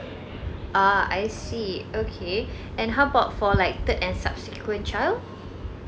ah I see okay and how about for like third and subsequent child